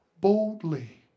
boldly